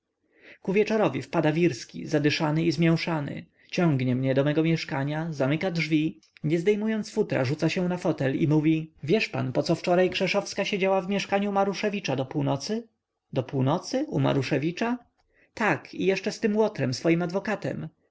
wieczorowi wpada wirski zadyszany i zmięszany ciągnie mnie do mego mieszkania zamyka drzwi nie zdejmując futra rzuca się na fotel i mówi wiesz pan poco wczoraj krzeszowska siedziała w mieszkaniu maruszewicza do północy do północy u maruszewicza tak i jeszcze z tym łotrem swoim adwokatem